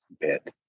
bit